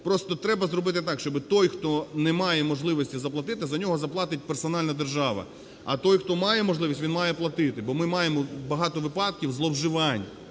Просто треба зробити так, щоб той, хто не має можливості заплатити, за нього заплатить персонально держава, а той, хто має можливість, він має платити. Бо ми маємо багато випадків зловживань,